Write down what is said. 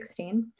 2016